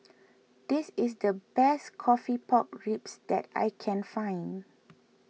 this is the best Coffee Pork Ribs that I can find